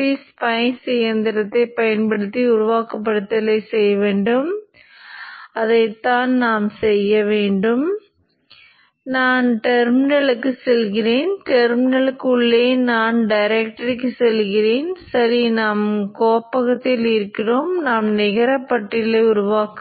புள்ளியிடப்படாதது நேர்மறையாக மாறும் மேலும் இது இந்த டையோடை இயக்கும் இந்த மூடிய சுற்று பாதை வழியாக மின்னோட்டத்தை இயக்கும்